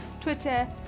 twitter